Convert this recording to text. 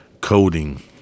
Coding